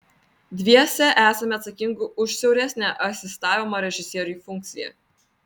dviese esame atsakingi už siauresnę asistavimo režisieriui funkciją